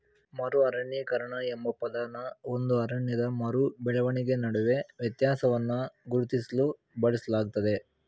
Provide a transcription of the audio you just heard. ಮರು ಅರಣ್ಯೀಕರಣ ಎಂಬ ಪದನ ಒಂದು ಅರಣ್ಯದ ಮರು ಬೆಳವಣಿಗೆ ನಡುವೆ ವ್ಯತ್ಯಾಸವನ್ನ ಗುರುತಿಸ್ಲು ಬಳಸಲಾಗ್ತದೆ